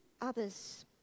others